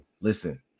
listen